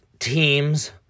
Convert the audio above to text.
Teams